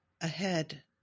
Ahead